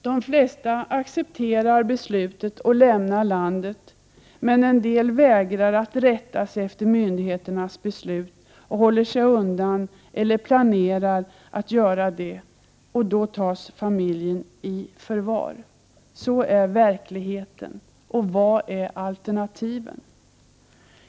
De flesta accepterar beslutet och lämnar landet, men en del vägrar att rätta sig efter myndigheternas beslut och håller sig undan eller planerar att göra det. Och då tas familjen i förvar. Så är verkligheten. Vilka är då alternativen?